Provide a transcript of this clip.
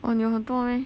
oh 你有很多 meh